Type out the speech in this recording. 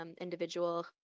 individual